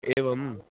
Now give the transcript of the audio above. एवम्